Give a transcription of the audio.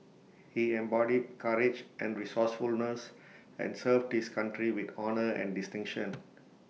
he embodied courage and resourcefulness and served his country with honour and distinction